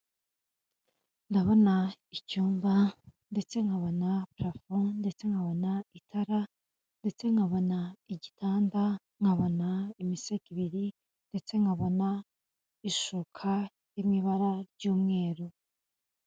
Ndabona icyumba, ndetse nkabona purafo, ndetse nkabona itara, ndetse nkabona igitanda, imisego ibiri, ndetse nkabona ishuka iri mw'ibara ry'umweru.